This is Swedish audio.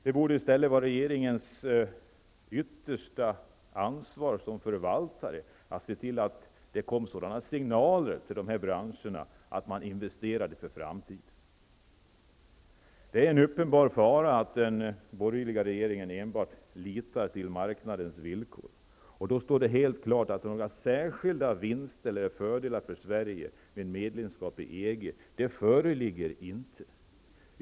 Det borde egentligen vara regeringen, som har det yttersta ansvaret för förvaltningen, som ser till att branscherna får sådana signaler att de investerar för framtiden. Det är en uppenbar fara att den borgerliga regeringen litar enbart till marknadens villkor. Det är helt klart att det för Sveriges del inte blir några särskilda vinster eller fördelar genom medlemskap i EG.